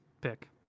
pick